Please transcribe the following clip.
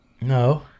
no